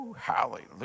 hallelujah